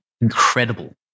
incredible